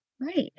Right